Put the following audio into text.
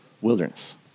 wilderness